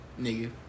nigga